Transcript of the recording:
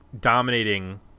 dominating